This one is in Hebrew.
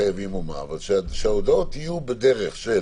הסכום שחייבים אבל שההודעות יהיו בדרך של